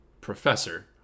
professor